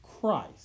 christ